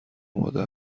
آماده